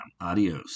Adios